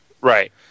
Right